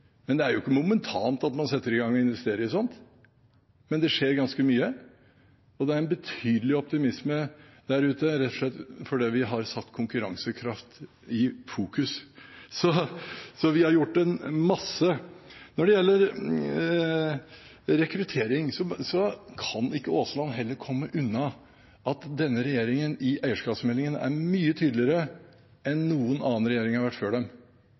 men man setter ikke momentant i gang og investerer i sånt. Men det skjer ganske mye. Det er en betydelig optimisme der ute, rett og slett fordi vi har satt konkurransekraft i fokus. Så vi har gjort mye. Når det gjelder rekruttering, kan Aasland heller ikke komme unna at denne regjeringen i eierskapsmeldingen er mye tydeligere enn noen annen regjering har vært før